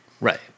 Right